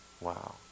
Wow